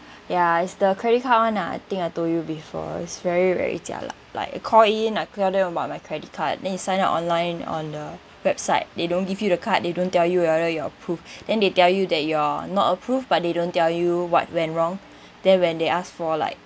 ya is the credit card [one] ah I think I told you before is very very jialat like I call in tell them about my credit card then you sign up online on the website they don't give you the card they don't tell you your order your proof then they tell you that you're not approved but they don't tell you what went wrong then when they ask for like